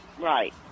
Right